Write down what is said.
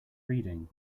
reading